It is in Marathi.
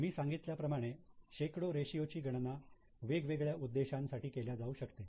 मी सांगितल्या प्रमाणे शेकडो रेषीयो ची गणना वेगवेगळ्या उद्देशांसाठी केल्या जाऊ शकते